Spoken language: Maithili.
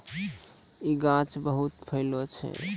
इ गाछ बहुते फैलै छै